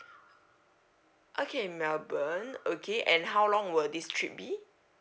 okay melbourne okay and how long will this trip be